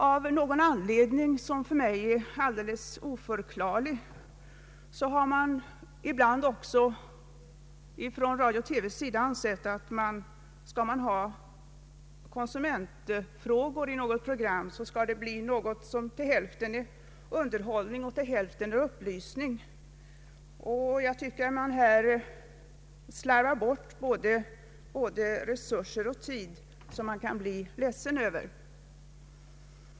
Av någon anledning som för mig är alldeles oförklarlig har man inom radio och TV ansett, att om det skall tas upp konsumtionsfrågor i något program bör det vara i form av hälften underhållning och hälften upplysning. Jag tycker att man här slarvar bort både resurser och tid på ett sätt som jag blir ledsen över.